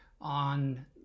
on